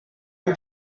han